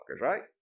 right